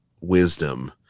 wisdom